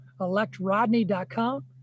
electrodney.com